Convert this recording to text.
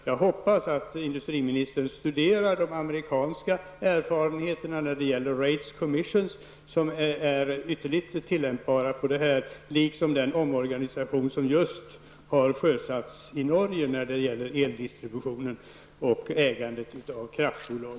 Jag hoppas att industriministern skall studera de amerikanska erfarenheterna när det gäller Rates commissions, som är ytterligt tillämpbara på det vi har diskuterat, liksom den omorganisation som just har sjösatts i Norge när det gäller eldistribution och ägandet av kraftbolag.